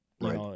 right